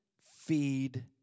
feed